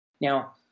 Now